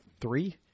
three